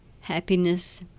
happiness